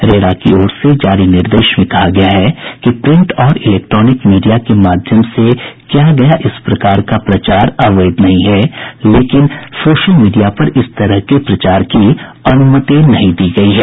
RERA की ओर से जारी निर्देश में कहा गया है कि प्रिंट और इलेक्ट्रॉनिक मीडिया के माध्यम से किया गया इस प्रकार का प्रचार अवैध नहीं है लेकिन सोशल मीडिया पर इस तरह के प्रचार की अनुमति नहीं दी गयी है